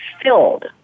filled